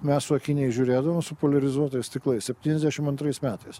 mes su akiniais žiūrėdavom su poliarizuotais stiklais septyniasdešim antrais metais